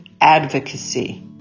advocacy